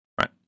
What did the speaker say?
Right